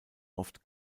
oft